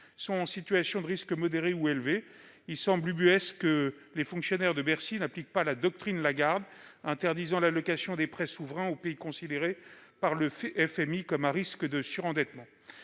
sont en situation de risque modéré ou élevé. Il semble ubuesque que les fonctionnaires de Bercy n'appliquent pas la doctrine Lagarde interdisant l'allocation de prêts souverains aux pays considérés comme à risque de surendettement